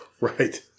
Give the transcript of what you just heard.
Right